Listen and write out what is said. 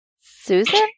Susan